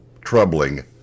troubling